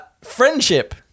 Friendship